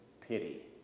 pity